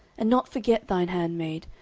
and not forget thine handmaid,